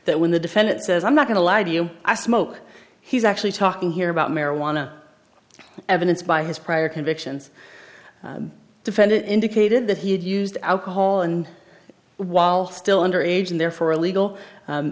that when the defendant says i'm not going to lie to you i smoke he's actually talking here about marijuana evidence by his prior convictions defendant indicated that he had used alcohol and while still under age and therefore illegal